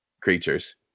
creatures